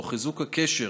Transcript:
תוך חיזוק הקשר